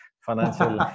financial